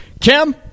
Kim